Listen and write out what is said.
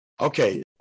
Okay